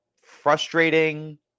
frustrating